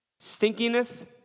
stinkiness